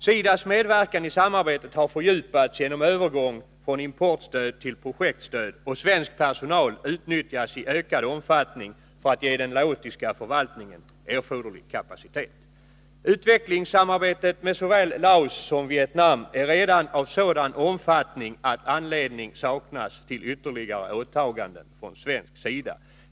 SIDA:s medverkan i samarbetet har fördjupats genom övergång från importstöd till projektstöd, och svensk personal utnyttjas i ökad omfattning för att ge den laotiska förvaltningen erforderlig kapacitet. Utvecklingssamarbetet med såväl Laos som Vietnam är redan av sådan omfattning att anledning saknas till ytterligare åtaganden från svensk sida.